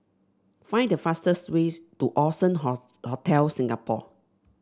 find the fastest way to Allson Hotel Singapore